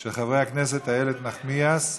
של חברת הכנסת איילת נחמיאס.